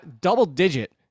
double-digit